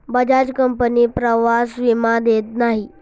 Bajaj company प्रवास विमा देत नाही